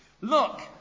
Look